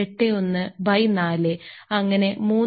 81 4 അങ്ങനെ 3